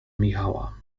michała